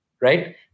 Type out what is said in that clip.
right